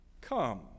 Come